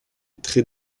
très